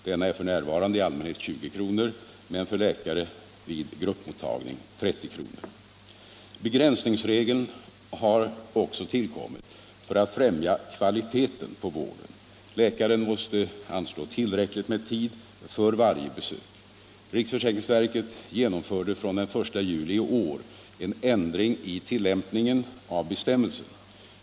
Denna är f. n. i allmänhet 20 kr., men för läkare vid gruppmottagning 30 kr. Begränsningsregeln har också tillkommit för att främja kvaliteten på vården. Läkaren måste anslå tillräckligt med tid för varje besök. Riksförsäkringsverket genomförde från den 1 juli i år en ändring i tillämpningen av bestämmelsen.